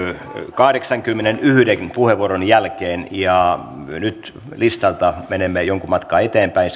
kahdeksankymmenenyhden puheenvuoron jälkeen ja nyt menemme jonkin matkaa listalla eteenpäin